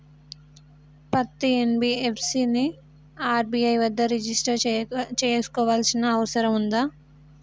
పత్తి ఎన్.బి.ఎఫ్.సి ని ఆర్.బి.ఐ వద్ద రిజిష్టర్ చేసుకోవాల్సిన అవసరం ఉందా?